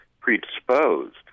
predisposed